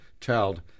child